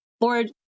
Lord